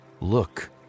Look